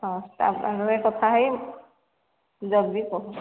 ହଁ ଷ୍ଟାଫଙ୍କ ସାଙ୍ଗରେ କଥା ହୋଇ ଜଲ୍ଦି କର